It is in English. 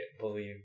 believe